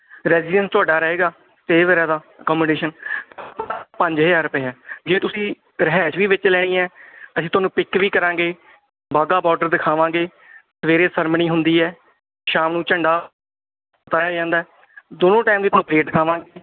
residence ਤੁਹਾਡਾ ਰਹੇਗਾ ਅਤੇ ਸ੍ਟੇ ਵਗੈਰਾ ਦਾ ਅਕੋਮੋਡੇਸ਼ਨ ਪੰਜ ਹਜ਼ਾਰ ਰੁਪਏ ਆ ਜੇ ਤੁਸੀਂ ਰਿਹਾਇਸ਼ ਵੀ ਵਿੱਚ ਲੈਣੀ ਹੈ ਅਸੀਂ ਤੁਹਾਨੂੰ ਪਿੱਕ ਵੀ ਕਰਾਂਗੇ ਵਾਹਗਾ ਬਾਰਡਰ ਦਿਖਾਵਾਂਗੇ ਸਵੇਰੇ ਸੈਰਮਨੀ ਹੁੰਦੀ ਹੈ ਸ਼ਾਮ ਨੂੰ ਝੰਡਾ ਫਿਰਾਇਆ ਜਾਂਦਾ ਦੋਨੋਂ ਟਾਈਮ ਦੀ ਤੁਹਾਨੂੰ ਪਰੇਡ ਦਿਖਾਵਾਂਗੇ